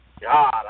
God